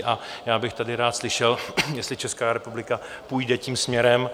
A já bych tady rád slyšel, jestli Česká republika půjde tím směrem.